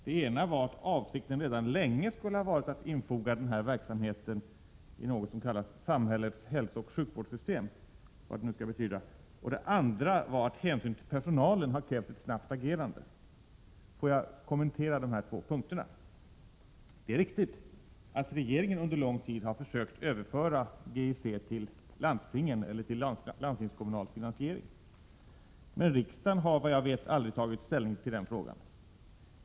Den ena var att avsikten redan länge skulle ha varit att infoga den här verksamheten i något som kallas samhällets hälsooch sjukvårdssystem, vad nu det skall betyda, och den andra var att hänsyn till personalen har krävt ett snabbt agerande. Får jag kommentera dessa två punkter. Det är riktigt att regeringen under lång tid har försökt överföra GIC till landstingen eller till landstingskommunal finansiering, men riksdagen har såvitt jag vet aldrig tagit ställning till den frågan.